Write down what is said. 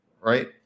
right